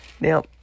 Now